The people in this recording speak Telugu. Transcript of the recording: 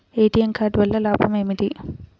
ఏ.టీ.ఎం కార్డు వల్ల లాభం ఏమిటి?